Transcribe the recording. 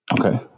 Okay